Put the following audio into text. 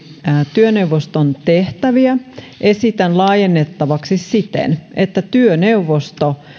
työneuvoston tehtäviä esitän laajennettavaksi siten että työneuvosto